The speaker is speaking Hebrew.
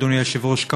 אדוני היושב-ראש,